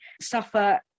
suffer